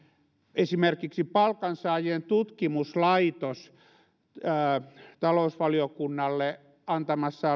esimerkiksi palkansaajien tutkimuslaitoksen talousvaliokunnalle antamassa